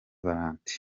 valentin